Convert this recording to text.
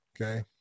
Okay